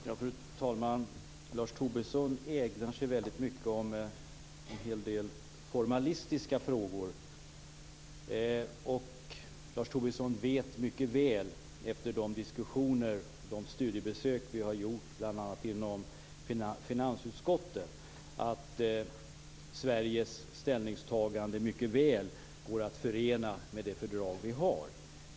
Fru talman! Lars Tobisson ägnar sig mycket åt formalistiska frågor. Lars Tobisson vet mycket väl efter de diskussioner och de studiebesök vi har gjort, bl.a. med finansutskottet, att Sveriges ställningstagande mycket väl går att förena med det fördrag vi har.